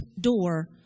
door